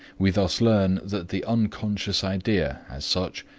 we thus learn that the unconscious idea, as such,